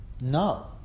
No